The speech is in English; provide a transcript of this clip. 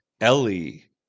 Ellie